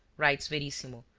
writes verissimo,